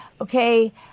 okay